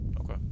Okay